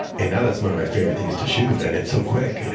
and now that's one of my favorite things to shoot. and it's so quick. you know